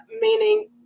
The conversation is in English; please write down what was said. meaning